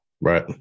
right